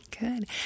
Good